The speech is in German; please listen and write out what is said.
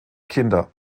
kinder